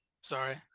Sorry